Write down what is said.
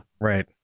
Right